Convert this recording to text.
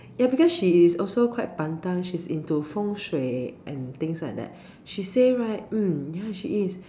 ya because she is also quite pantang she's into feng-shui and things like that she say right mm ya she is